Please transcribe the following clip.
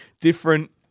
different